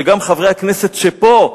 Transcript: שגם חברי הכנסת שפה,